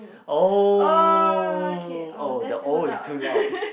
!oh! oh the oh is too loud